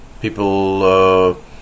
People